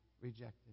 rejected